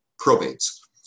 probates